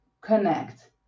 connect